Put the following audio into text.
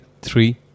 three